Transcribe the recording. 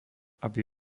aby